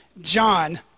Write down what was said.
John